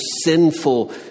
sinful